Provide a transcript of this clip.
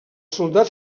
soldats